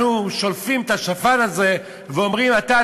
אנחנו שולפים את השפן הזה ואומרים: אתה,